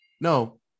no